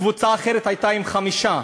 קבוצה אחרת הייתה עם חמישה,